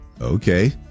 okay